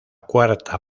cuarta